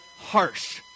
harsh